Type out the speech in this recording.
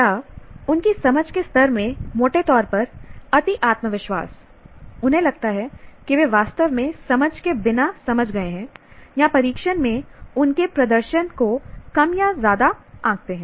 या उनकी समझ के स्तर में मोटे तौर पर अति आत्मविश्वास उन्हें लगता है कि वे वास्तव में समझ के बिना समझ गए हैं या परीक्षण में उनके प्रदर्शन को कम या ज्यादा आंकते हैं